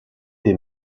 des